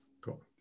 Cool